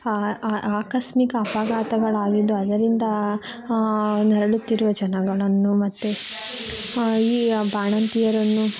ಆ ಆ ಆಕಸ್ಮಿಕ ಅಪಘಾತಗಳಾಗಿದ್ದು ಅದರಿಂದ ನರಳುತ್ತಿರುವ ಜನಗಳನ್ನು ಮತ್ತೆ ಈ ಬಾಣಂತಿಯರನ್ನು